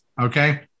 Okay